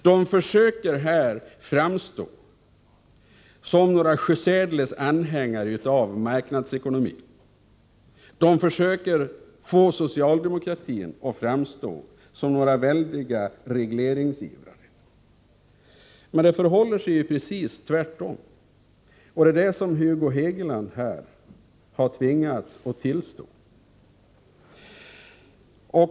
De försöker här framstå som sjusärdeles varma anhängare av marknadsekonomin. De försöker få socialdemokraterna att framstå som mycket stora regleringsivrare. Men det förhåller sig precis tvärtom, och det är det som Hugo Hegeland här tvingas tillstå.